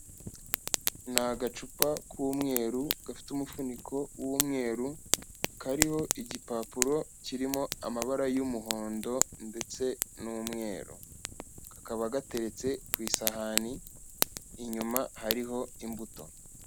Ni agacupa k'umweru gafite umufuniko w'umweru kariho igipapuro kirimo amabara y'umuhondo ndetse n'umweru kakaba gateretse ku isahani inyuma hariho imbuto.